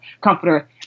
comforter